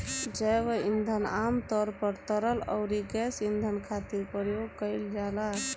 जैव ईंधन आमतौर पर तरल अउरी गैस ईंधन खातिर प्रयोग कईल जाला